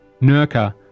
Nurka